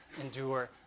endure